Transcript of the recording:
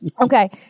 Okay